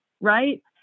right